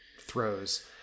throws